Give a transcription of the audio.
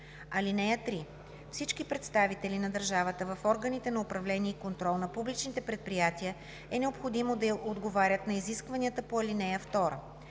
(3) Всички представители на държавата в органите на управление и контрол на публичните предприятия е необходимо да отговарят на изискванията по ал. 2.